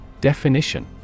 Definition